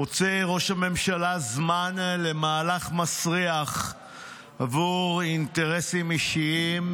מוצא ראש הממשלה זמן למהלך מסריח בעבור אינטרסים אישיים,